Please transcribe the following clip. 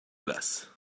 glace